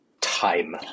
time